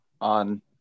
on